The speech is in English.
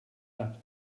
that